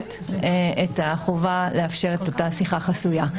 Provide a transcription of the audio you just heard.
מפורשת את החובה לאפשר את אותה שיחה חסויה,